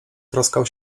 troskał